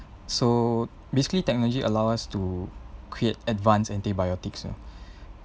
so basically technology allow us to create advanced antibiotics uh